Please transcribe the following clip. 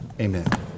Amen